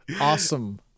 Awesome